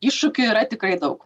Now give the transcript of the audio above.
iššūkių yra tikrai daug